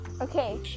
Okay